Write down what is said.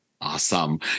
Awesome